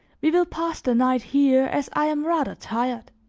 we will pass the night here as i am rather tired.